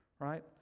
right